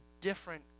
different